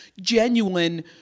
genuine